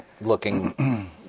looking